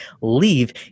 leave